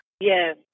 Yes